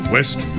West